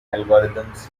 algorithms